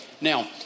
Now